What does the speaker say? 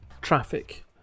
traffic